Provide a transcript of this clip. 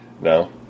No